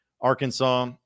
Arkansas